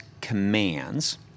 commands